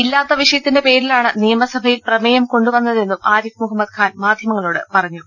ഇല്ലാത്ത വിഷയത്തിന്റെ പേരിലാണ് നിയമസഭയിൽ പ്രമേയം കൊണ്ടുവന്നതെന്നും ആരിഫ് മുഹമ്മദ് ഖാൻ മാധ്യമങ്ങളോട് പറഞ്ഞു